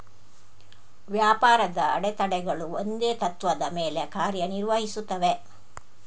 ವ್ಯಾಪಾರದ ಅಡೆತಡೆಗಳು ಒಂದೇ ತತ್ತ್ವದ ಮೇಲೆ ಕಾರ್ಯ ನಿರ್ವಹಿಸುತ್ತವೆ